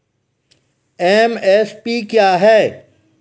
MSP क्या है?